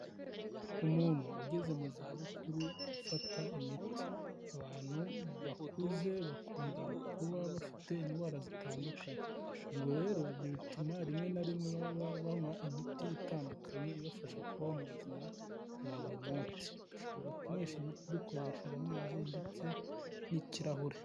Umuntu ugeze muzabukuru ufata imiti. Abantu bakuze bakunda kuba bafite indwara zitandukanye. Ubwo rero ibyo bituma rimwe na rimwe baba banywa imiti itandukanye ibafasha kubaho mu buzima bwa buri munsi. Dushobora kunywesha imiti dukoresheje amazi ndetse n'ikirahure.